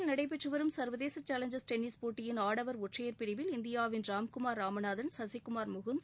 புனேயில் நடைபெற்று வரும் சா்வதேச சேலங்சா்ஸ் டென்னிஸ் போட்டியின் ஆடவா் ஒற்றையா் பிரிவில் இந்தியாவின் ராம்குமார் ராமநாதன் சசிகுமார் முகுந்த்